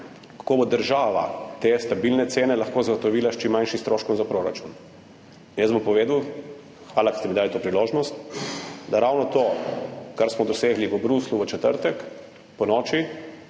kako bo država te stabilne cene lahko zagotovila s čim manjšim stroškom za proračun. Jaz bom povedal, hvala, ker ste mi dali to priložnost, da ravno to, kar smo dosegli v Bruslju v četrtek ponoči,